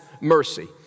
mercy